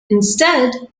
instead